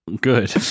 Good